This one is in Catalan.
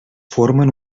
formen